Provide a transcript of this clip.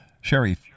Sherry